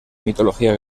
mitología